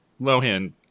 Lohan